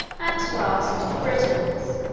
at last, the britons,